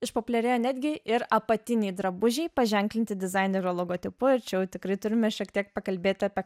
išpopuliarėjo netgi ir apatiniai drabužiai paženklinti dizainerio logotipu ir čia jau tikrai turime šiek tiek pakalbėti apie